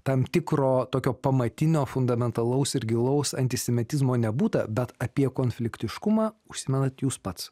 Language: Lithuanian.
tam tikro tokio pamatinio fundamentalaus ir gilaus antisemitizmo nebūta bet apie konfliktiškumą užsimenat jūs pats